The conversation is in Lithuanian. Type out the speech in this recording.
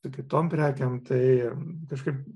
su kitom prekėm tai kažkaip